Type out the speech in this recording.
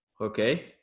Okay